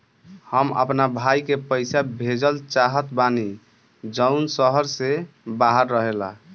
हम अपना भाई के पइसा भेजल चाहत बानी जउन शहर से बाहर रहेला